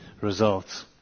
results